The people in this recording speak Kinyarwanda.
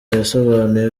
yasobanuye